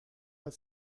but